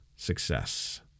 success